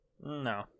No